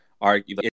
argue